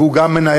והוא גם מנהל,